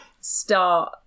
start